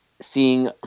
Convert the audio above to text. seeing